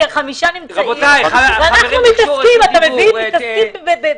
החמישה נמצאים --- ואנחנו מתעסקים בשטויות.